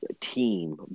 team